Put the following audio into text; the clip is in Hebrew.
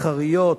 מסחריות,